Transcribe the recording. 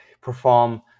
perform